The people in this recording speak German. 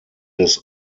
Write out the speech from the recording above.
des